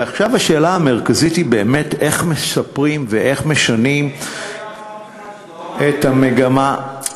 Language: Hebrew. ועכשיו השאלה המרכזית היא באמת איך משפרים ואיך משנים את המגמה,